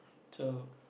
so